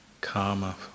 karma